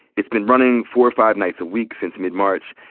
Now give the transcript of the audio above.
it's been running four or five nights a week since mid-march.